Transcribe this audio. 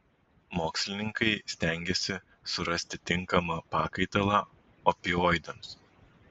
mokslininkai stengiasi surasti tinkamą pakaitalą opioidams